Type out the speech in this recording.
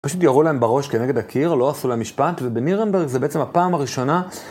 פשוט ירו להם בראש כנגד הקיר, לא עשו להם משפט, ובנירנברג זו בעצם הפעם הראשונה.